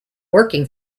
working